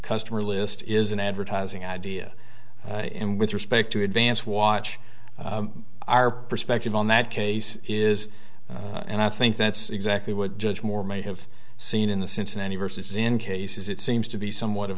customer list is an advertising idea in with respect to advance watch our perspective on that case is and i think that's exactly what judge moore may have seen in the cincinnati versus in cases it seems to be somewhat of